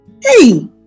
Hey